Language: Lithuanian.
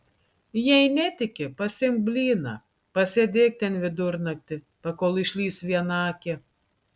jei netiki pasiimk blyną pasėdėk ten vidurnaktį pakol išlįs vienakė